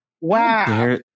wow